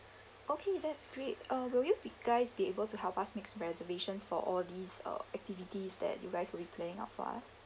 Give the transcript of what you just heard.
okay that's great uh will you be guys be able to help us makes reservations for all these uh activities that you guys would be planning out for us